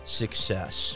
success